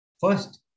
First